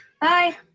Bye